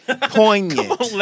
Poignant